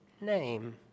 name